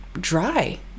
dry